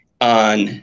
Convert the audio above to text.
on